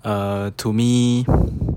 err to me